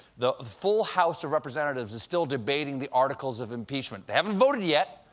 the full house of representatives is still debating the articles of impeachment. they haven't voted yet,